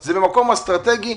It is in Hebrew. זה במקום אסטרטגי.